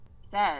Says